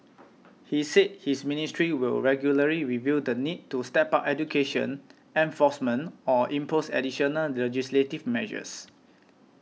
he said his ministry will regularly review the need to step up education enforcement or impose additional legislative measures